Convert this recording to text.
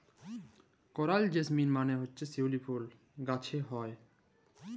করাল জেসমিল মালে হছে শিউলি ফুল গাহাছে হ্যয়